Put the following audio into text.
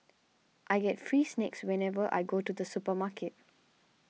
I get free snacks whenever I go to the supermarket